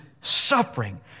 suffering